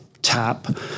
Tap